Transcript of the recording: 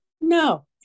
No